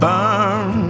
Burn